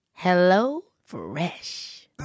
HelloFresh